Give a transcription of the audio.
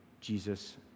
Jesus